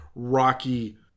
rocky